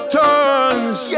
turns